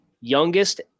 youngest